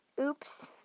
Oops